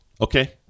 Okay